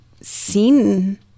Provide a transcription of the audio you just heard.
seen